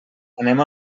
anem